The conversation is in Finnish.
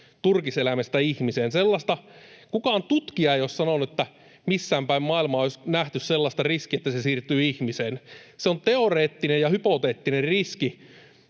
turkiseläimestä ihmiseen. Kukaan tutkija ei ole sanonut, että missäänpäin maailmaa olisi nähty sellaista riskiä, että se siirtyy ihmiseen. Se on teoreettinen ja hypoteettinen riski,